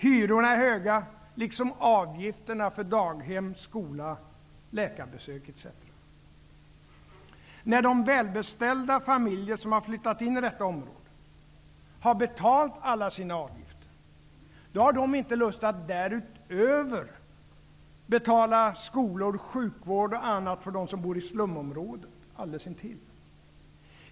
Hyrorna är höga, liksom avgifterna för daghem, skola, läkarbesök etc. När de välbeställda familjer som har flyttat in i detta område har betalat alla sina avgifter har de inte lust att därutöver betala skolor, sjukvård och annat för dem som bor i slumområdet alldeles intill.